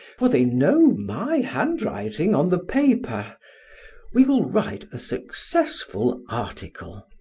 for they know my handwriting on the paper we will write a successful article.